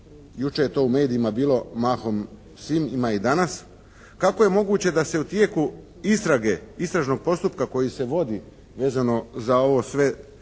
jučer je to u medijima bilo mahom svim, ima i danas. Kako je moguće da se u tijeku istrage, istražnog postupka koji se vodi vezano za ovo sve,